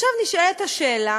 עכשיו נשאלת השאלה